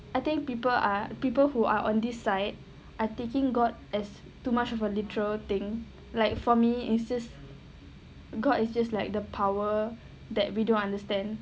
I think people are people who are on this side are taking god as too much of a literal thing like for me it's just god is just like the power that we don't understand